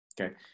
okay